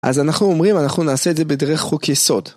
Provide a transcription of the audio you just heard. אז אנחנו אומרים אנחנו נעשה את זה בדרך חוק יסוד.